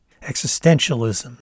existentialism